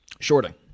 shorting